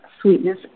sweetness